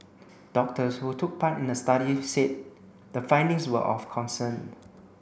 doctors who took part in the study said the findings were of concern